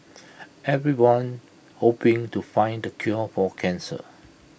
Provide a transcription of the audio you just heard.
everyone hoping to find the cure for cancer